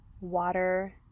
water